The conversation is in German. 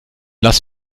las